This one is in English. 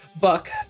buck